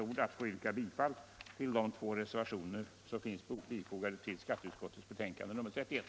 Jag yrkar bifall till de två reservationer som är fogade till skatteutskottets betänkande nr 31.